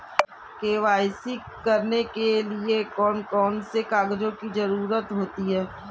KYC करने के लिए कौन कौन से कागजों की जरूरत होती है?